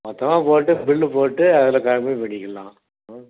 மொத்தமாக போட்டு பில்லு போட்டு அதில் கம்மி பண்ணிக்கலாம் ம்